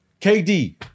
KD